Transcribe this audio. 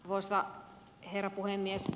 arvoisa herra puhemies